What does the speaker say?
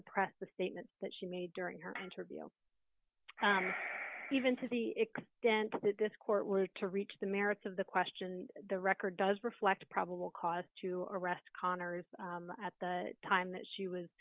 suppress the statement that she made during her interview even to the extent that this court were to reach the merits of the question the record does reflect a probable cause to arrest conner's at the time that she was